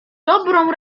dobrą